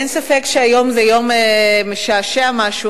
אין ספק שזה יום משעשע משהו.